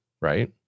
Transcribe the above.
right